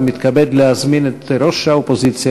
ומתכבד להזמין את ראש האופוזיציה,